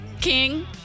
king